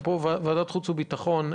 חכו רגע,